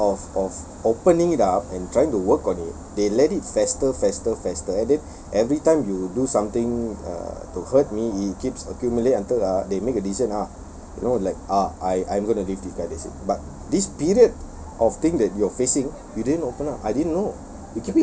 instead of of opening it up and trying to work on it they let it fester fester fester and then every time you do something uh to hurt me it keeps accumulate until ah they make a decision ah you know like ah I I'm gonna leave this guy that's it but this period of thing that you're facing you didn't open up I didn't know